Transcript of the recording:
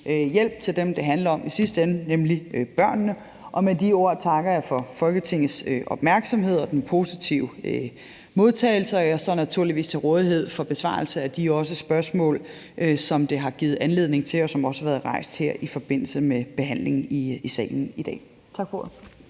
hjælp til dem, det i sidste ende handler om, nemlig børnene. Med de ord takker jeg for Folketingets opmærksomhed og for den positive modtagelse. Jeg står naturligvis til rådighed for besvarelse af de spørgsmål, som det har givet anledning til, og som også har været rejst her i forbindelse med behandlingen i salen i dag. Tak for ordet.